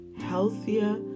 healthier